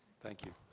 thank you.